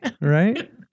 Right